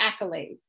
accolades